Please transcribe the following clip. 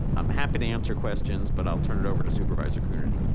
i'm happy to answer questions but i'll turn it over to supervisor coonerty.